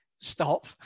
Stop